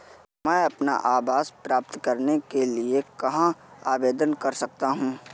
मैं अपना आवास प्राप्त करने के लिए कहाँ आवेदन कर सकता हूँ?